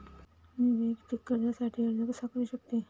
मी वैयक्तिक कर्जासाठी अर्ज कसा करु शकते?